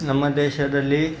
ನಮ್ಮ ದೇಶದಲ್ಲಿ